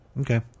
Okay